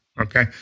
okay